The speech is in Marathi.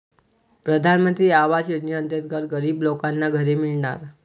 प्रधानमंत्री आवास योजनेअंतर्गत गरीब लोकांना घरे मिळणार